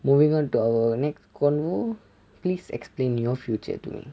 moving on to our next convo please explain your future to me